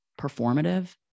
performative